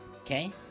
Okay